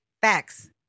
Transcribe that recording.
Facts